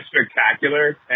spectacular